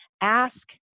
Ask